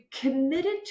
committed